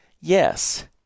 Yes